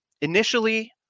Initially